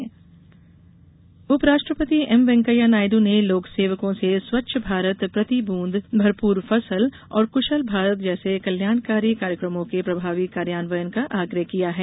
उपराष्ट्रपति उपराष्ट्रपति एम वेंकैया नायडू ने लोकसेवकों से स्वच्छ भारत प्रति द्वंद भरपूर फसल और कृशल भारत जैसे कल्याणकारी कार्यक्रमों के प्रमावी कार्यान्वयन का आग्रह किया है